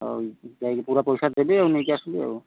ଆଉ ଯାଇକି ପୁରା ପଇସା ଦେବି ଆଉ ନେଇକି ଆସିବି